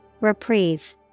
Reprieve